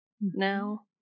now